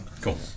Cool